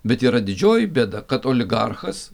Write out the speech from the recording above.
bet yra didžioji bėda kad oligarchas